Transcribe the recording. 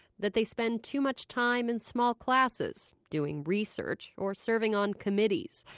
that they spend too much time in small classes, doing research or serving on committees.